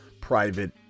private